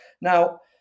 Now